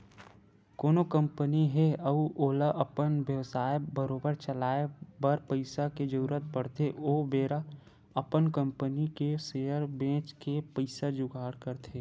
कोनो कंपनी हे अउ ओला अपन बेवसाय बरोबर चलाए बर पइसा के जरुरत पड़थे ओ बेरा अपन कंपनी के सेयर बेंच के पइसा जुगाड़ करथे